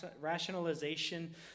rationalization